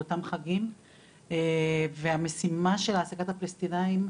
באותם חגים והמשימה של העסקת הפלשתינאים,